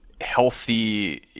healthy